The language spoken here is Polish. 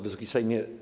Wysoki Sejmie!